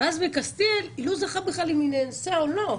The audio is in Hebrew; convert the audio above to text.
ואז בקסטיאל היא לא זכרה בכלל אם היא נאנסה או לא.